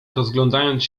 rozglądając